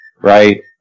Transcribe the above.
right